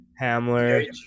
hamler